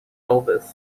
elvis